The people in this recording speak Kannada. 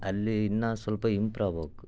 ಅಲ್ಲಿ ಇನ್ನೂ ಸ್ವಲ್ಪ ಇಂಪ್ರೋ ಆಬೇಕು